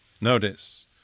Notice